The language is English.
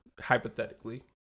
hypothetically